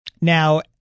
Now